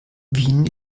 wien